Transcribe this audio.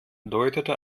deutete